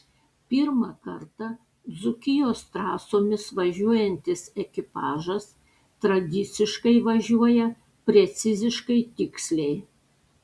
pirmą kartą dzūkijos trasomis važiuojantis ekipažas tradiciškai važiuoja preciziškai tiksliai